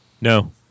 No